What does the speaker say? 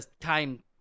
time